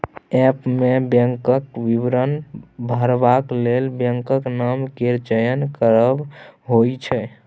app मे बैंकक विवरण भरबाक लेल बैंकक नाम केर चयन करब होइ छै